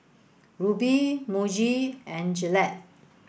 Rubi Muji and Gillette